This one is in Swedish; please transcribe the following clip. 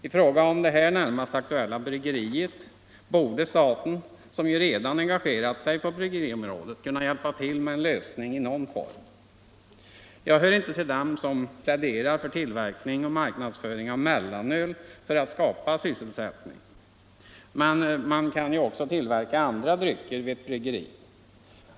I fråga om det här närmast aktuella bryggeriet borde staten, som ju redan engagerat sig på bryggeriområdet, kunna hjälpa till med en lösning i någon form. Jag hör inte till dem som pläderar för tillverkning och marknadsföring av mellanöl för att skapa sysselsättning, men man kan ju också tillverka andra drycker vid ett bryggeri.